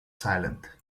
silent